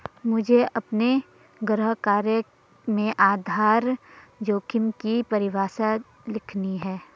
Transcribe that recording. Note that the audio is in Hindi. मुझे अपने गृह कार्य में आधार जोखिम की परिभाषा लिखनी है